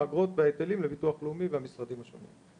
האגרות וההיטלים לביטוח לאומי והמשרדים השונים.